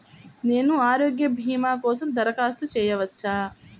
నేను ఆరోగ్య భీమా కోసం దరఖాస్తు చేయవచ్చా?